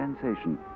sensation